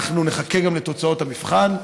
אנחנו נחכה גם לתוצאות המבחן,